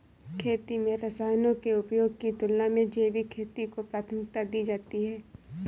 खेती में रसायनों के उपयोग की तुलना में जैविक खेती को प्राथमिकता दी जाती है